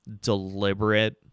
deliberate